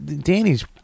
Danny's